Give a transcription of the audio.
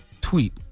tweet